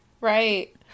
Right